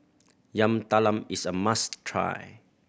Yam Talam is a must try